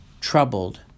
troubled